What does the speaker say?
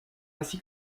ainsi